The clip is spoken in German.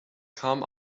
kam